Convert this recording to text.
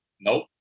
Nope